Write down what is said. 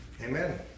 Amen